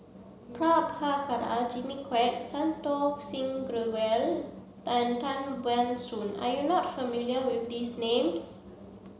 Prabhakara Jimmy Quek Santokh Singh Grewal and Tan Ban Soon are you not familiar with these names